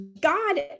God